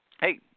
hey